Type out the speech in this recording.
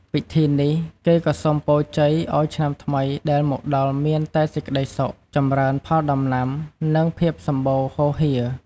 ពិធីនេះ គេក៏សុំពរជ័យឲ្យឆ្នាំថ្មីដែលមកដល់មានតែសេចក្តីសុខ ចម្រើនផលដំណាំ និងភាពសម្បូរហូរហៀរ។